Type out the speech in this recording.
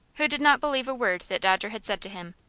who did not believe a word that dodger had said to him.